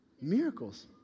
Miracles